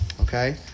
okay